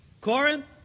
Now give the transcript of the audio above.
Corinth